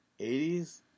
80s